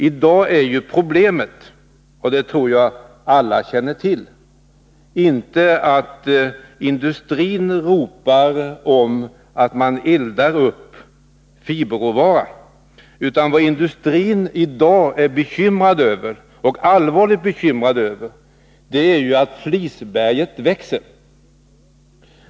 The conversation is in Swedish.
I dag är problemet inte att industrin ropar att det eldas upp fiberråvara — det tror jag alla känner till. Vad industrin nu är allvarligt bekymrad över är att flisberget växer.